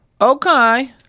Okay